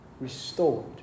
restored